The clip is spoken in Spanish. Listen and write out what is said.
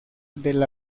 del